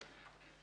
הבכיר.